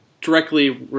directly